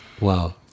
Wow